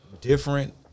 different